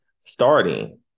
starting